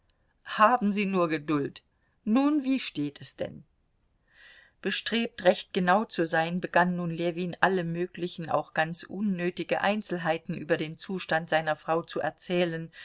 haben sie nur geduld nun wie steht es denn bestrebt recht genau zu sein begann nun ljewin alle möglichen auch ganz unnötige einzelheiten über den zustand seiner frau zu erzählen